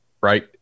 right